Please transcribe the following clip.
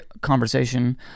conversation